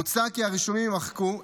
מוצע כי הרישומים יימחקו,